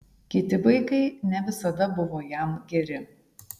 kiti vaikai ne visada buvo jam geri